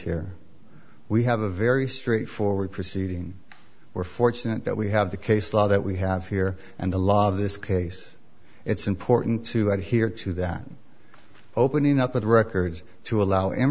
here we have a very straightforward proceeding we're fortunate that we have the case law that we have here and the law of this case it's important to adhere to that opening up with records to allow